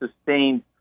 sustained